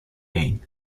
gain